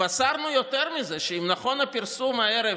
התבשרנו יותר מזה, שאם נכון הפרסום הערב